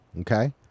Okay